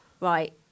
right